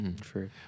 true